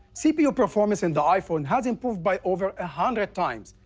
cpu performance in the iphone has improved by over a hundred times,